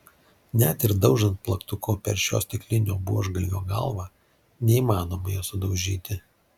net ir daužant plaktuku per šio stiklinio buožgalvio galvą neįmanoma jo sudaužyti